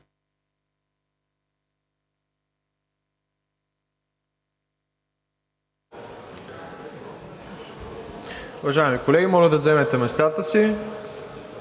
Уважаеми колеги, моля да заемете местата си.